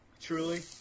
Truly